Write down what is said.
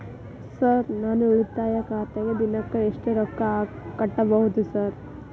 Sir ನಾನು ಉಳಿತಾಯ ಖಾತೆಗೆ ದಿನಕ್ಕ ಎಷ್ಟು ರೊಕ್ಕಾ ಕಟ್ಟುಬಹುದು ಸರ್?